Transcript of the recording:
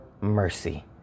mercy